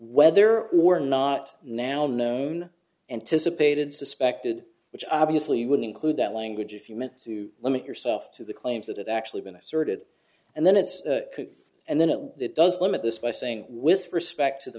whether or not now known anticipated suspected which obviously would include that language if you meant to let me yourself to the claims that have actually been asserted and then it's and then it does limit this by saying with respect to the